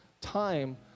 time